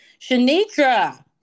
Shanitra